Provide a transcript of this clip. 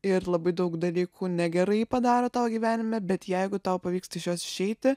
ir labai daug dalykų negerai padaro tavo gyvenime bet jeigu tau pavyksta iš jos išeiti